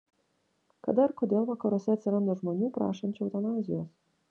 kada ir kodėl vakaruose atsiranda žmonių prašančių eutanazijos